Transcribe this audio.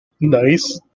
Nice